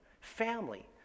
family